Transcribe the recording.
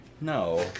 No